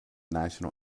national